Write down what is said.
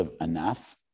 enough